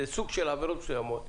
זה סוג של עבירות מסוימות,